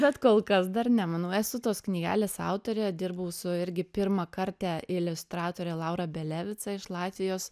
bet kol kas dar ne manau esu tos knygelės autorė dirbau su irgi pirmakarte iliustratore laura belevica iš latvijos